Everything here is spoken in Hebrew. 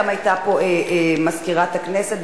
גם היתה פה מזכירת הכנסת,